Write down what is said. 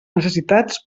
necessitats